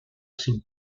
cinc